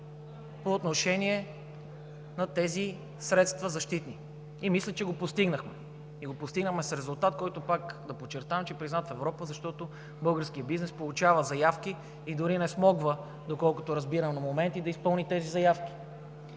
по отношение на тези защитни средства и мисля, че го постигнахме. Постигнахме го с резултат, който, пак да подчертем, че е признат в Европа, защото българският бизнес получава заявки и дори не смогва, доколкото разбирам, на моменти да изпълни тези заявки.